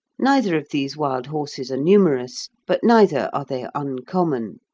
neither of these wild horses are numerous, but neither are they uncommon.